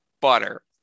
butter